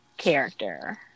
character